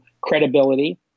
credibility